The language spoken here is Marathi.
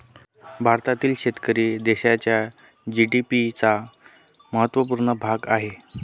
भारतातील शेतकरी देशाच्या जी.डी.पी चा महत्वपूर्ण भाग आहे